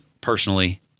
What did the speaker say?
personally